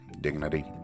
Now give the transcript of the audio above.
dignity